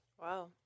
Wow